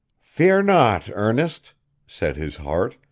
fear not, ernest said his heart,